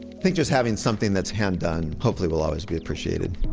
think just having something that's hand done hopefully will always be appreciated.